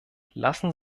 lassen